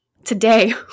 today